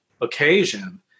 occasion